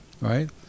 Right